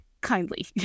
kindly